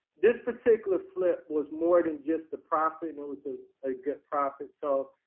this particular flip was more than just the profit and it was ah a good profit. so,